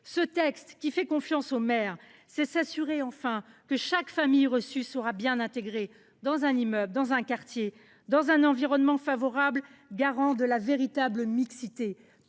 Ce texte, qui fait confiance aux maires, revient à s’assurer enfin que chaque famille reçue soit bien intégrée dans un immeuble, dans un quartier, dans un environnement favorable, garant de la véritable mixité